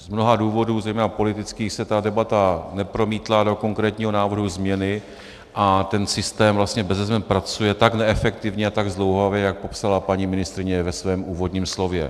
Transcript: Z mnoha důvodů, zejména politických, se ta debata nepromítla do konkrétního návrhu změny a ten systém vlastně beze změn pracuje tak neefektivně a tak zdlouhavě, jak popsala paní ministryně ve svém úvodním slově.